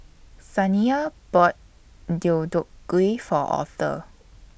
Saniya bought Deodeok Gui For Author